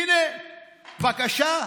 הינה, בבקשה.